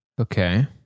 Okay